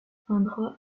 indra